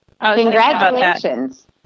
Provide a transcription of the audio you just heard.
Congratulations